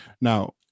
now